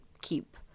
keep